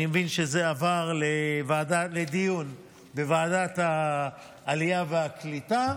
אני מבין שזה עבר לדיון בוועדת העלייה והקליטה,